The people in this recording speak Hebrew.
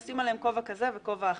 ונשים עליהם כובע כזה וכובע אחר.